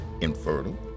infertile